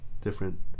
different